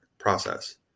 process